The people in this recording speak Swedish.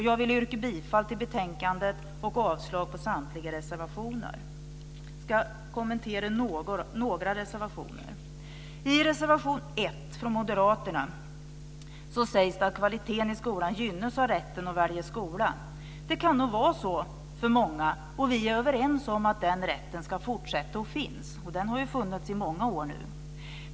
Jag vill yrka bifall till förslaget i utskottets betänkande och avslag på samtliga reservationer. Jag ska kommentera några reservationer. I reservation 1 från moderaterna sägs att kvaliteten i skolan gynnas av rätten att välja skola. Det kan nog vara så för många, och vi är överens om att den rätten ska fortsätta att finnas. Den har funnits i många år nu.